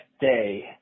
day